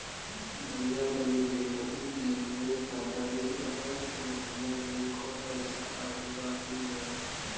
भईया तनि देखती की हमरे खाता मे अगस्त महीना में क पैसा आईल बा की ना?